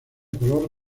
color